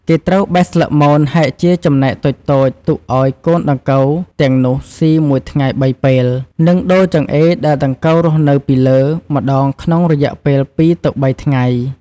គេត្រូវបេះស្លឹកមន ហែកជាចំណែកតូចៗទុកឲ្យកូនដង្កូវទាំងនោះស៊ីមួយថ្ងៃ៣ពេល និងដូរចង្អេរដែលដង្កូវរស់នៅពីលើម្ដងក្នុងរយៈពេល២ ទៅ៣ថ្ងៃ។